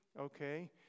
Okay